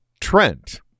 Trent